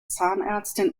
zahnärztin